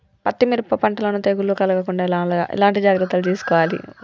పత్తి మిరప పంటలను తెగులు కలగకుండా ఎలా జాగ్రత్తలు తీసుకోవాలి?